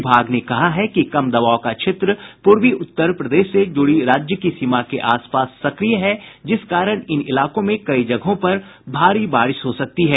विभाग ने कहा है कि कम दबाव का क्षेत्र पूर्वी उत्तर प्रदेश से जुड़ी राज्य की सीमा के आसपास सक्रिय है जिस कारण इन इलाकों में कई जगहों पर भारी बारिश हो सकती है